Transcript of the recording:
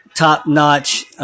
top-notch